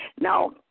Now